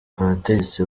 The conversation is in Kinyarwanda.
abategetsi